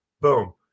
Boom